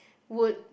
would